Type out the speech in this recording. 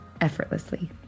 effortlessly